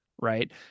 right